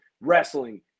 wrestling